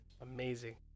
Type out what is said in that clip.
Amazing